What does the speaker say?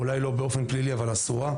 אולי לא באופן פלילי אבל היא אסורה.